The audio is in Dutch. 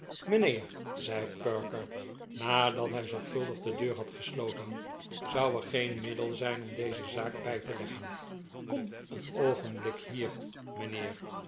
mijnheer zei perker nadat hij zorgvuldig de deur had gesloten zou er geen middel zijn om deze zaak bij te leggen kom een oogenblik hier mijnheer